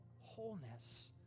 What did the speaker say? wholeness